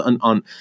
on